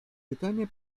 pytanie